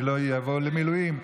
אני לא אבוא למילואים,